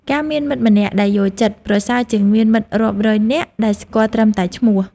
ការមានមិត្តម្នាក់ដែលយល់ចិត្ត ប្រសើរជាងមានមិត្តរាប់រយនាក់ដែលស្គាល់ត្រឹមតែឈ្មោះ។